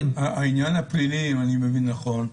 העניין הפלילי, אם אני מבין נכון,